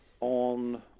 on